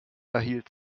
erhielt